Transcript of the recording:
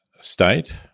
state